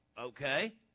Okay